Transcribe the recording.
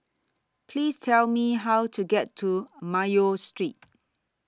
Please Tell Me How to get to Mayo Street